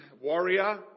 warrior